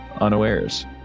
unawares